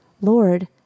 Lord